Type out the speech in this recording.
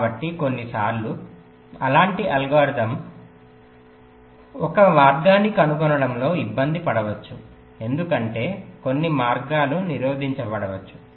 కాబట్టి కొన్నిసార్లు అలాంటి అల్గోరిథం ఒక మార్గాన్ని కనుగొనడంలో ఇబ్బంది పడవచ్చు ఎందుకంటే కొన్ని మార్గాలు నిరోధించబడవచ్చు